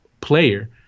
player